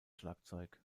schlagzeug